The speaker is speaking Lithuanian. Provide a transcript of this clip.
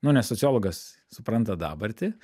nu nes sociologas supranta dabartį